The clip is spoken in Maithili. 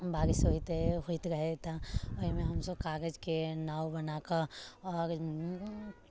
बारिश होइत रहै तऽ ओहिमे हम सभ कागजके नाव बनाके आओर